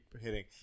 hitting